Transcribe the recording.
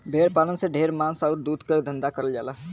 भेड़ पालन से ढेर मांस आउर दूध के धंधा करल जाला